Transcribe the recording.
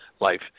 life